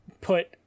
put